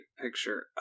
picture